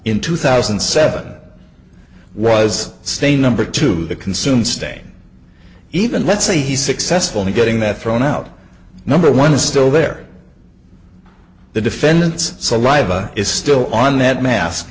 in two thousand and seven was stain number two the consume stain even let's say he successfully getting that thrown out number one is still there the defendant's saliva is still on that mask